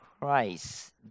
Christ